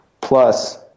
plus